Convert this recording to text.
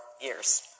years